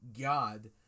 God